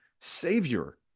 Savior